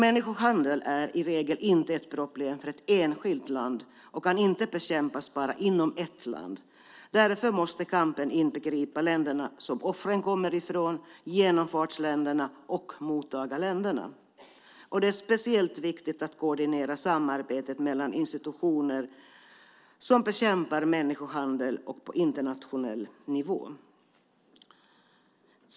Människohandel är i regel inte ett problem för ett enskilt land och kan inte bekämpas bara inom ett land. Därför måste kampen inbegripa länderna som offren kommer ifrån, genomfartsländerna och mottagarländerna. Det är speciellt viktigt att koordinera samarbetet mellan institutioner som bekämpar människohandel på internationell nivå.